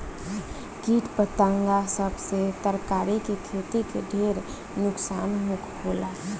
किट पतंगा सब से तरकारी के खेती के ढेर नुकसान होला